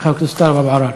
חבר הכנסת טלב אבו עראר.